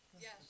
Yes